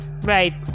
Right